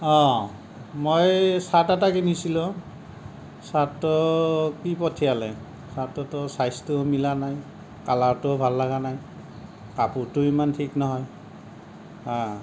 অ মই ছাৰ্ট এটা কিনিছিলোঁ ছাৰ্টটো কি পঠিয়ালে ছাৰ্টটোতো চাইজটো মিলা নাই কালাৰটোও ভাল লগা নাই কাপোৰটোও ইমান ঠিক নহয় হা